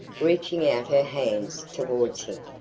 reaching out her hands toward him.